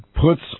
puts